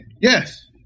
yes